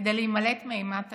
כדי להימלט מאימת הדין,